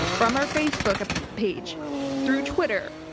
from our facebook ah page through twitter,